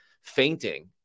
fainting